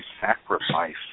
sacrifice